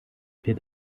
wird